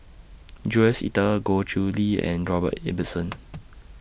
Jules Itier Goh Chiew Lye and Robert Ibbetson